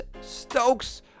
Stokes